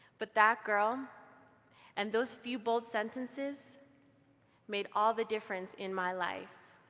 but that girl and those few bold sentences made all the difference in my life.